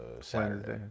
Saturday